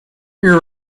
your